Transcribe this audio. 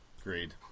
Agreed